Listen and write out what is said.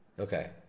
Okay